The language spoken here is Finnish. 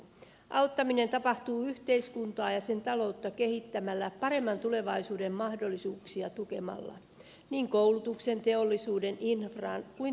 auttaminen tapahtuu yhteiskuntaa ja sen ta loutta kehittämällä paremman tulevaisuuden mahdollisuuksia tukemalla niin koulutuksen teollisuuden infran kuin terveydenhuollon projekteilla